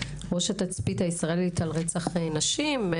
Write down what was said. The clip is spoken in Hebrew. ראש התצפית הישראלית על רצח נשים.